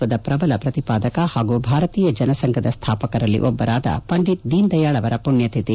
ಇಂದು ಹಿಂದುತ್ತದ ಪ್ರಬಲ ಪ್ರತಿಪಾದಕ ಹಾಗೂ ಭಾರತೀಯ ಜನಸಂಘದ ಸ್ಥಾಪಕರಲ್ಲಿ ಒಬ್ಬರಾದ ಪಂಡಿತ್ ದೀನ್ ದಯಾಳ್ ಅವರ ಪುಣ್ಯತಿಥಿ